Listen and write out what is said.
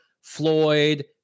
Floyd